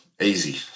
easy